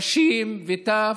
נשים וטף,